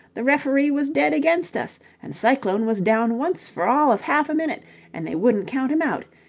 the referee was dead against us, and cyclone was down once for all of half a minute and they wouldn't count him out.